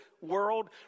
world